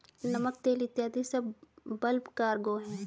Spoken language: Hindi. नमक, तेल इत्यादी सब बल्क कार्गो हैं